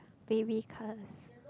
baby colour